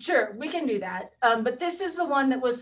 sure we can do that but this is the one that was